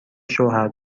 شوهر